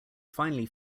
finally